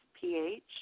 pH